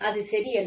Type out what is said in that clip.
அது சரியல்ல